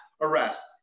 arrest